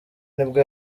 nibwo